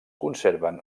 conserven